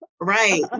right